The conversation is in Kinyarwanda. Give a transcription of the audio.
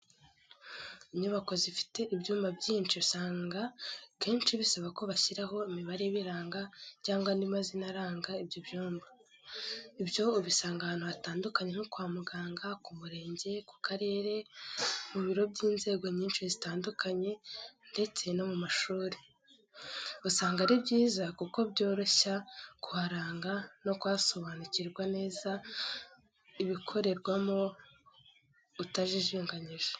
Inyubako zifite ibyumba byinshi, usanga kenshi bisaba ko bashyiraho imibare ibiranga cyangwa andi mazina aranga ibyo byumba. Ibyo ubisanga ahantu hatandukanye nko kwa muganga, ku murenge, ku karere, mu biro by’inzego nyinshi zitandukanye, ndetse no mu mashuri. Usanga ari byiza kuko byoroshya kuharanga no gusobanukirwa neza ibikorerwamo, utajijinganyije.